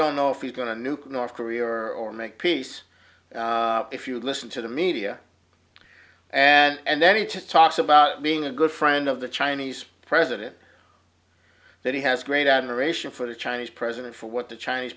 don't know if he's going to nuke north korea or make peace if you listen to the media and then he to talks about being a good friend of the chinese president that he has great admiration for the chinese president for what the chinese